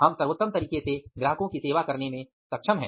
हम सर्वोत्तम तरीके से ग्राहकों की सेवा करने में सक्षम हैं